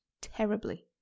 terribly